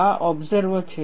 આ ઓબસર્વ છે